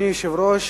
אדוני היושב-ראש,